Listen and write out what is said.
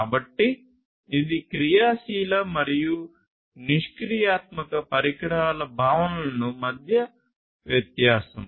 కాబట్టి ఇది క్రియాశీల మరియు నిష్క్రియాత్మక పరికర భావనల మధ్య వ్యత్యాసం